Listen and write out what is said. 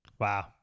Wow